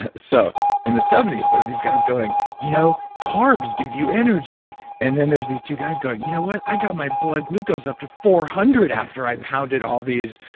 ah so in the seventy s there were these guys going, you know carbs give you energy and then there's these two guys going you know what, i got my blood glucose up to four hundred after i pounded all these,